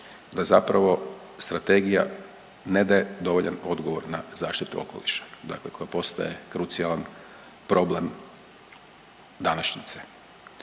da zapravo strategija ne daje dovoljan odgovor na zaštitu okoliša, dakle koja postaje krucijalan problem današnjice.